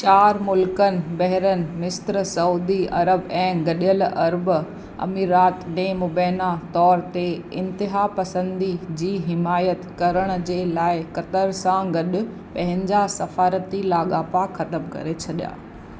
चार मुल्कनि बहरैन मिस्र सऊदी अरब ऐं गडि॒यल अरब अमीरात ने मुबैना तौर ते इंतिहा पसंदी जी हिमाइति करण जे लाइ कतर सां गॾु पंहिंजा सफ़ारती लाॻापा ख़त्मु करे छडि॒या